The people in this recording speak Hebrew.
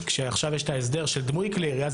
כאשר עכשיו יש את ההסדר של דמוי כלי ירייה,